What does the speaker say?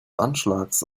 anschlags